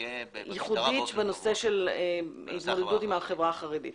ייחודית בנושא התמודדות עם החברה החרדית.